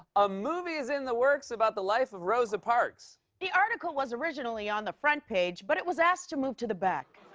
a movie is in the works about the life of rosa parks. the article was originally on the front page, but it was asked to move to the back.